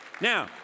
Now